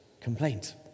complaint